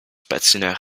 patineur